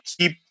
keep